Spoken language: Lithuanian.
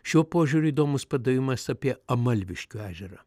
šiuo požiūriu įdomus padavimas apie amalviškio ežerą